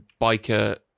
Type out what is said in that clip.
biker